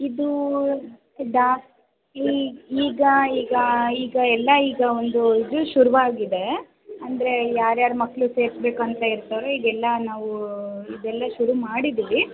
ಇದು ಈಗ ಈಗ ಈಗ ಎಲ್ಲ ಈಗ ಒಂದು ಇದು ಶುರುವಾಗಿದೆ ಅಂದರೆ ಯಾರ್ಯಾರು ಮಕ್ಕಳು ಸೇರಿಸಬೇಕಂತ ಇರ್ತಾರೋ ಈಗೆಲ್ಲ ನಾವು ಇದೆಲ್ಲ ಶುರು ಮಾಡಿದ್ದೀವಿ